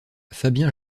fabien